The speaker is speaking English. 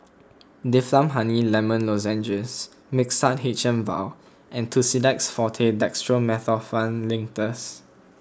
Difflam Honey Lemon Lozenges Mixtard H M Vial and Tussidex forte Dextromethorphan Linctus